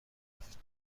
رفت